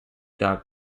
dot